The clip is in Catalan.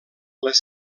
les